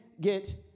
get